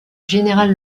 général